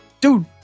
Dude